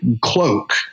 cloak